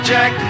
Jack